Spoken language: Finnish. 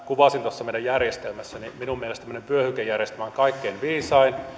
kuvasin tuota meidän järjestelmäämme niin minun mielestäni tämmöinen vyöhykejärjestelmä on kaikkein viisain